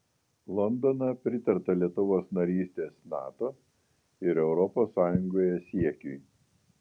londone pritarta lietuvos narystės nato ir europos sąjungoje siekiui